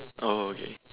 oh oh okay